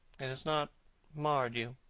it has not marred you.